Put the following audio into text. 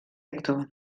actor